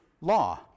law